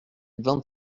vingt